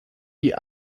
die